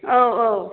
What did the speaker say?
औ औ